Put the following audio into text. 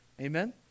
Amen